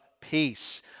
peace